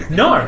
no